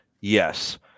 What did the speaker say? Yes